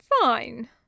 fine